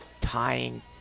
tying